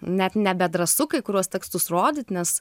net nebedrąsu kai kuriuos tekstus rodyt nes